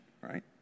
right